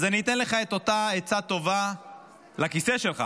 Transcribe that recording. אז אני אתן לך מפה שוב, לכיסא שלך,